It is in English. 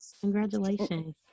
congratulations